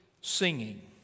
singing